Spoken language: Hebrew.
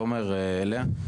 תומר, לאה.